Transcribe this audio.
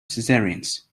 cesareans